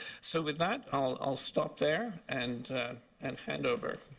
so with that, i'll stop there and and hand over.